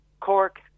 Cork